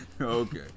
okay